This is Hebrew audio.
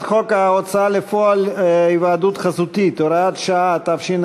שמורות טבע,